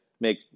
make